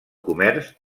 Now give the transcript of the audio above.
comerç